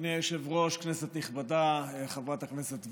אדוני היושב-ראש, כנסת נכבדה, חברת הכנסת וולדיגר,